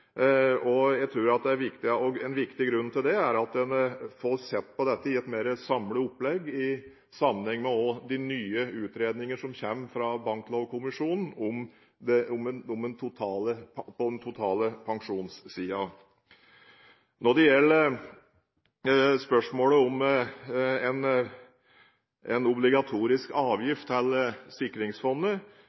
men jeg skal komme tilbake til den eksakte datoen. Det blir noe senere. En viktig grunn til det er at en får sett på dette i et mer samlet opplegg, i sammenheng med de nye utredningene som kommer fra Banklovkommisjonen på den totale pensjonssiden. Når det gjelder spørsmålet om en obligatorisk avgift til sikringsfondet,